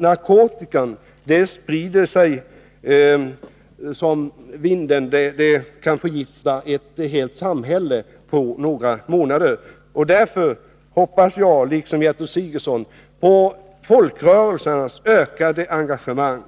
Narkotikan sprider sig ju som vinden och kan förgifta ett helt samhälle på några månader. Därför hoppas jag liksom Gertrud Sigurdsen på folkrörelsernas ökade engagemang,